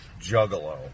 juggalo